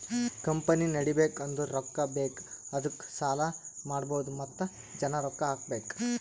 company ನಡಿಬೇಕ್ ಅಂದುರ್ ರೊಕ್ಕಾ ಬೇಕ್ ಅದ್ದುಕ ಸಾಲ ಮಾಡ್ಬಹುದ್ ಮತ್ತ ಜನ ರೊಕ್ಕಾ ಹಾಕಬೇಕ್